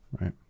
Right